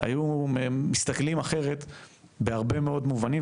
היו מסתכלים אחרת בהרבה מאוד מובנים,